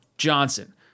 Johnson